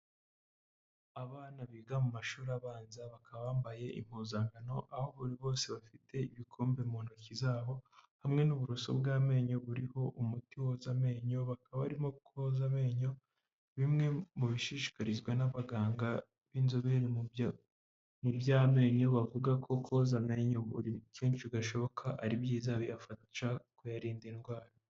Abana biga mu mashuri abanza bakaba bambaye impuzankano aho bose bafite ibikombe mu ntoki zabo, hamwe n'uburoso bw'amenyo buriho umuti woza amenyo bakaba barimo koza amenyo, bimwe mu bishishikarizwa n'abaganga b'inzobere mu by'amenyo bavuga ko, koza amenyo buri kenshi bidashoboka ari byiza biyafasha kuyarinda indwara.